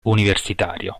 universitario